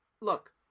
Look